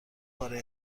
برای